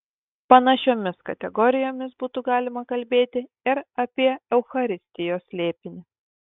panašiomis kategorijomis būtų galima kalbėti ir apie eucharistijos slėpinį